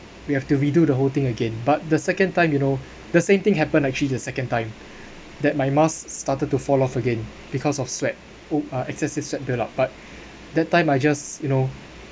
we have to redo the whole thing again but the second time you know the same thing happened actually the second time that my mask started to fall off again because of sweat !oops! excessive sweat build up but that time I just you know